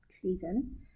treason